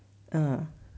uh